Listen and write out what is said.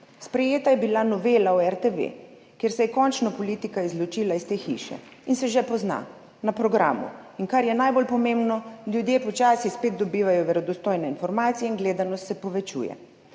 Sprejeta je bila novela zakona o RTV, kjer se je končno politika izločila iz te hiše in se že pozna na programu in, kar je najbolj pomembno, ljudje počasi spet dobivajo verodostojne informacije in gledanost se povečuje.